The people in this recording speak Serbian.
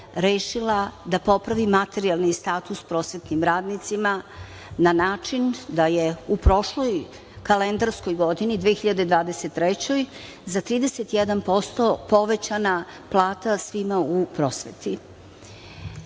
da popravi materijalni status prosvetnim radnicima, na način da je u prošloj kalendarskoj godini 2023. za 31 posto povećana plata svima u prosveti. Tačno